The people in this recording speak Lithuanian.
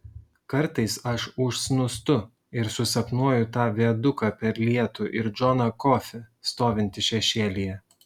kartais aš užsnūstu ir susapnuoju tą viaduką per lietų ir džoną kofį stovintį šešėlyje